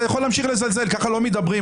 אתה יכול להמשיך לזלזל אבל כך לא מדברים,